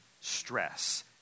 stress